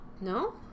No